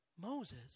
Moses